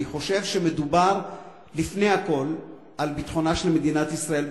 אני חושב שמדובר לפני הכול על ביטחונה של מדינת ישראל,